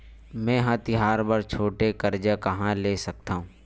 मेंहा तिहार बर छोटे कर्जा कहाँ ले सकथव?